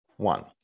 One